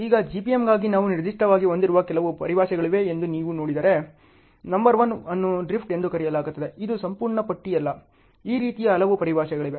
ಈಗ GPMಗಾಗಿ ನಾವು ನಿರ್ದಿಷ್ಟವಾಗಿ ಹೊಂದಿರುವ ಕೆಲವು ಪರಿಭಾಷೆಗಳಿವೆ ಎಂದು ನೀವು ನೋಡಿದರೆ ನಂಬರ್ ಒನ್ ಅನ್ನು ಡ್ರಿಫ್ಟ್ ಎಂದು ಕರೆಯಲಾಗುತ್ತದೆ ಇದು ಸಂಪೂರ್ಣ ಪಟ್ಟಿಯಲ್ಲ ಈ ರೀತಿಯ ಹಲವು ಪರಿಭಾಷೆಗಳಿವೆ